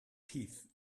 teeth